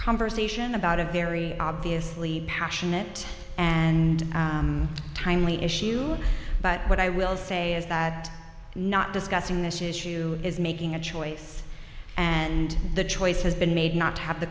conversation about a very obviously passionate and timely issue but what i will say is that not discussing this issue is making a choice and the choice has been made not to have the